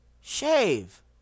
shave